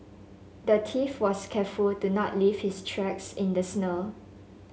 the thief was careful to not leave his tracks in the snow